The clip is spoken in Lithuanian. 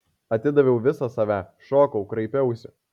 atidaviau visą save šokau kraipiausi